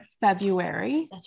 February